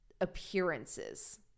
appearances